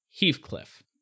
Heathcliff